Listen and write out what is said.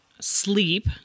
sleep